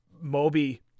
Moby